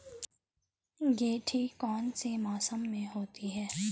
गेंठी कौन से मौसम में होती है?